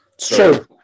True